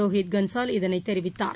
ரோஹித் கன்சால் இதனை தெரிவித்தார்